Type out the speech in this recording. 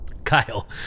kyle